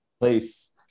place